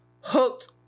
hooked